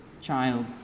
child